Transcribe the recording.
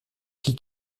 qui